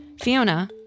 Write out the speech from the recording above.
Fiona